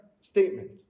statement